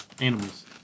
Animals